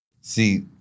See